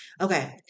Okay